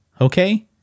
Okay